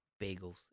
Bagels